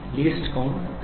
Least Count L